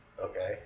okay